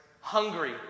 hungry